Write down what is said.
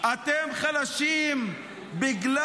אתם יודעים למה